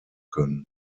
können